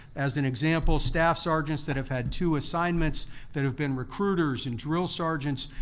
as an example, staff sergeants that have had two assignments that have been recruiters and drill sergeants,